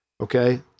okay